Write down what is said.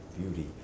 beauty